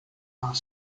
are